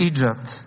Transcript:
Egypt